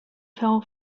fell